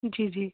ਜੀ ਜੀ